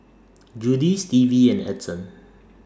Judie Stevie and Edson